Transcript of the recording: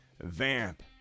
Vamp